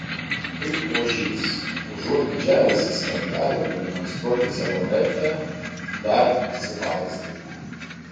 tai ožys užuot didžiavęsis kad gali pademonstruoti savo vertę dar įsivaizdina